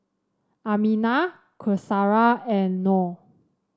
Aminah Qaisara and Noh